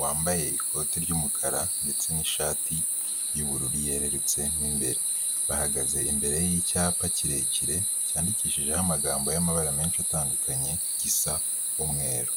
wambaye ikoti ry'umukara ndetse n'ishati y'ubururu yerurutse mo imbere, bahagaze imbere y'icyapa kirekire cyandikishijeho amagambo y'amabara menshi atandukanye gisa umweru.